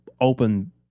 open